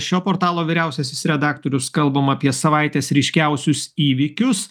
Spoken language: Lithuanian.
šio portalo vyriausiasis redaktorius kalbam apie savaitės ryškiausius įvykius